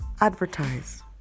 advertise